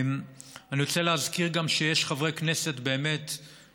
אני רוצה להזכיר גם שיש חברי כנסת שעשו